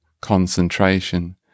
concentration